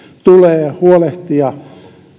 tulee huolehtia